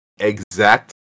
exact